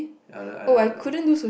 ya I like